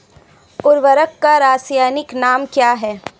उर्वरक का रासायनिक नाम क्या है?